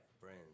friends